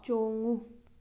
ꯆꯣꯡꯉꯨ